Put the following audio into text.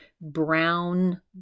brown